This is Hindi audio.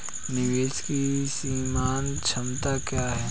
निवेश की सीमांत क्षमता क्या है?